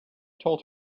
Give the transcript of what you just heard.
told